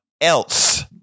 else